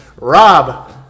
Rob